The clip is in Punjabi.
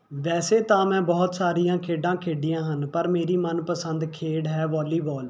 ਵੈਸੇ ਤਾਂ ਮੈਂ ਬਹੁਤ ਸਾਰੀਆਂ ਖੇਡਾਂ ਖੇਡੀਆਂ ਹਨ ਪਰ ਮੇਰੀ ਮਨ ਪਸੰਦ ਖੇਡ ਹੈ ਵੋਲੀਬਾਲ